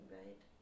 right